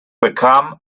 bekam